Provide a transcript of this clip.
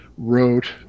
wrote